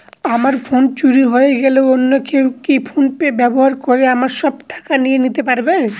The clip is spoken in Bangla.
আমার ফোন চুরি হয়ে গেলে অন্য কেউ কি ফোন পে ব্যবহার করে আমার সব টাকা নিয়ে নিতে পারবে?